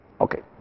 Okay